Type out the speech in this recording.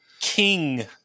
King